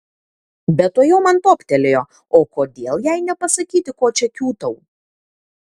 bet tuojau man toptelėjo o kodėl jai nepasakyti ko čia kiūtau